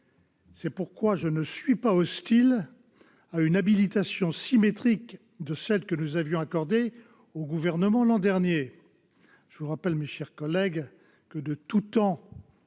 raison pour laquelle je ne suis pas hostile à une habilitation symétrique de celle que nous avions accordée au Gouvernement l'an dernier. Je vous rappelle, mes chers collègues, que toutes